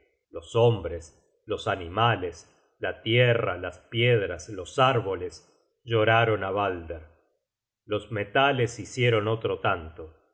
los hombres los animales la tierra las piedras los árboles lloraron á balder los metales hicieron otro tanto